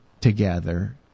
together